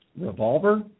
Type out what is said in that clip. revolver